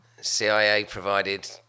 CIA-provided